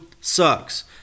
sucks